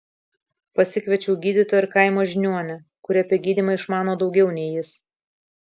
pasikviečiau gydytoją ir kaimo žiniuonę kuri apie gydymą išmano daugiau nei jis